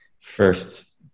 First